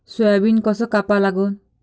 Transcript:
Soybean कस कापा लागन?